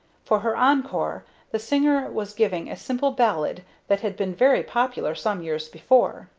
for her encore the singer was giving a simple ballad that had been very popular some years before.